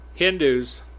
Hindus